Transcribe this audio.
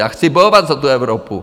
Já chci bojovat za Evropu.